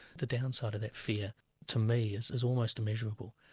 the downside of that fear to me is is almost immeasurable,